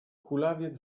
kulawiec